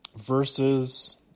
versus